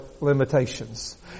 limitations